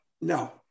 No